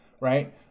Right